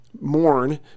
mourn